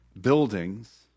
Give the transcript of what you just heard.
Buildings